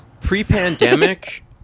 Pre-pandemic